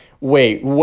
wait